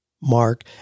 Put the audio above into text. mark